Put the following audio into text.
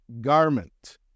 garment